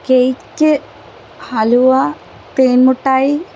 cake halwa തേൻമുട്ടായി